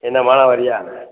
என்ன மானாவாரியா